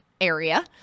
area